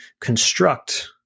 construct